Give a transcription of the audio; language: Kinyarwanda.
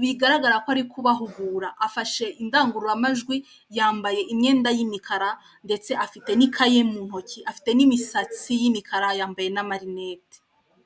bigaragara ko ari kubahugura afashe indangururamajwi yambaye imyenda y'imikara ndetse afite n'ikaye mu ntoki afite n'imisatsi y'imikara yambaye n'amarinete.